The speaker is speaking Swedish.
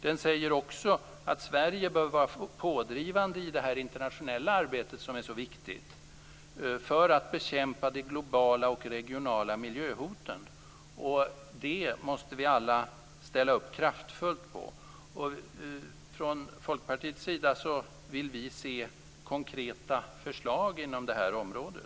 Den säger också att Sverige bör vara pådrivande i det internationella arbete som är så viktigt för att bekämpa de globala och regionala miljöhoten. Det måste vi alla kraftfullt ställa upp på. Från Folkpartiets sida vill vi se konkreta förslag inom detta område.